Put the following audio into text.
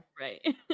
right